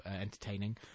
entertaining